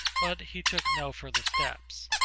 but he took no further steps.